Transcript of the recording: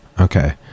Okay